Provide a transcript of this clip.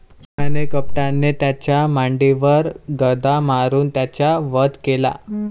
भीमाने कपटाने त्याच्या मांडीवर गदा मारून त्याचा वध केला